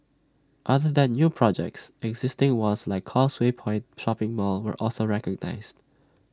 other than new projects existing ones like causeway point shopping mall were also recognised